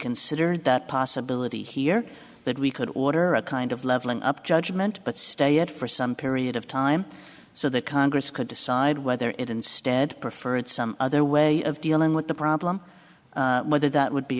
considered that possibility here that we could order a kind of levelling up judgment but stay it for some period of time so that congress could decide whether it instead preferred some other way of dealing with the problem whether that would be